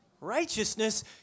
righteousness